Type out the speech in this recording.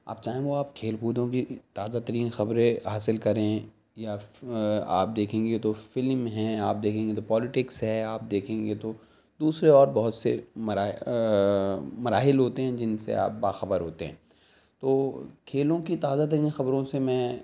آپ چاہیں تو آپ کھیل کودوں کی تازہ ترین خبریں حاصل کریں یا آپ دیکھیں گے تو فلم ہے آپ دیکھیں گے تو پالیٹکس آپ دیکھیں گے تو دوسرے اور بہت سے مرا مراحل ہوتے ہیں جن سے آپ باخبر ہوتے ہیں تو کھیلوں کی تازہ ترین خبروں سے میں